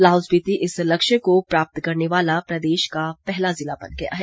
लाहौल स्पीति इस लक्ष्य को प्राप्त करने वाला प्रदेश का पहला जिला बन गया है